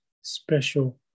special